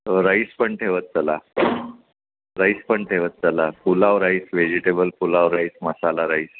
हो राईस पण ठेवत चला राईस पण ठेवत चाला pulao rice vegetable pulao rice masala rice